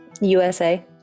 USA